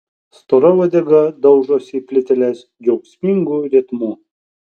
stora uodega daužosi į plyteles džiaugsmingu ritmu